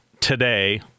today